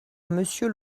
monsieur